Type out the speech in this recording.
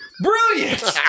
Brilliant